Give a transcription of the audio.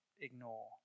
ignore